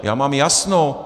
Já mám jasno.